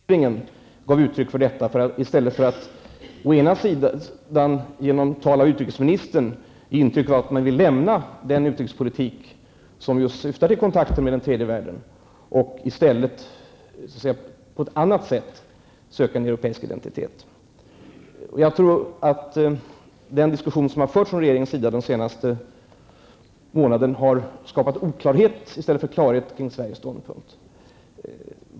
Herr talman! Det Nic Grönvall nu sade är tillfredsställande. Det hade varit bra om också regeringen gav uttryck för detta i stället för att genom utrikesministern ge intrycket av att man vill lämna den utrikespolitik som just syftar till goda kontakter med den trdje världen och söka europeisk identitet på annat sätt. Jag tror att den diskussion som förts från regeringens sida under den senaste månaden har skapat oklarhet i stället för klarhet kring Sveriges ståndpunkt.